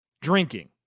drinking